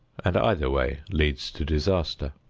and either way leads to disaster.